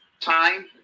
Time